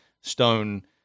stone